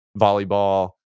volleyball